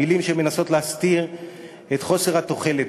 מילים שמנסות להסתיר את חוסר התוחלת.